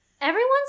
Everyone's